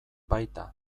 baita